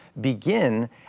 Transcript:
begin